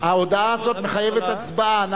לחוק-יסוד: הממשלה ההודעה הזאת מחייבת הצבעה.